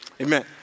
Amen